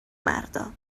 مردا